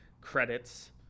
credits